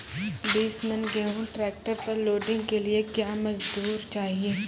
बीस मन गेहूँ ट्रैक्टर पर लोडिंग के लिए क्या मजदूर चाहिए?